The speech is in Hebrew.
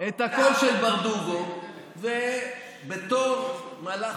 לקחה את הקול של ברדוגו ובתור מהלך,